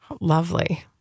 Lovely